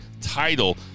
title